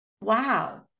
wow